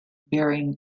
bearing